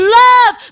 love